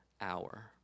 hour